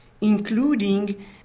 including